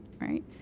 right